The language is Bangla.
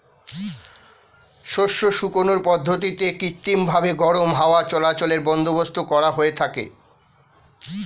শস্য শুকানোর পদ্ধতিতে কৃত্রিমভাবে গরম হাওয়া চলাচলের বন্দোবস্ত করা হয়ে থাকে